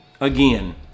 Again